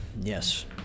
Yes